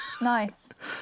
Nice